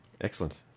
Excellent